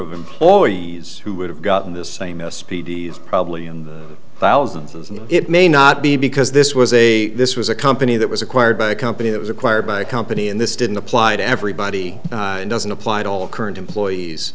of employees who would have gotten this same s p d is probably in the thousands and it may not be because this was a this was a company that was acquired by a company that was acquired by a company in this didn't apply to everybody and doesn't apply to all current employees